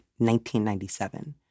1997